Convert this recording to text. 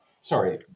Sorry